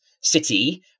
city